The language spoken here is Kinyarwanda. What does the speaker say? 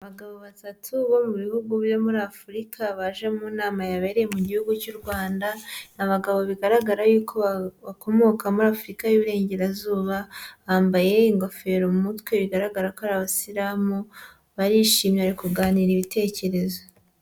Abagabo batatu bo mu bihugu biri muri afurika baje mu nama yabereye mu gihugu cy'u Rwanda, abagabo bigaragara y'uko bakomoka muri afurika y'iburengerazuba, bambaye ingofero mu mutwe bigaragara ko abasiramu barishimiye bari kuganira ibitekerezo.